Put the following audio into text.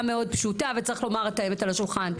מאוד פשוטה וצריך לומר את האמת על השולחן,